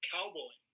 Cowboy